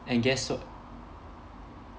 and guess what